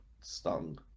stung